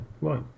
right